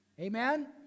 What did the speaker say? Amen